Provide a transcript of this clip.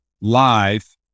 live